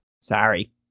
Sorry